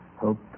hope